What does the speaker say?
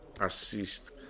assist